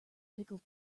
pickled